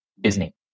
Disney